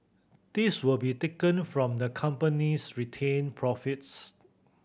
this will be taken from the company's retained profits